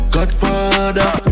Godfather